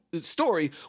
story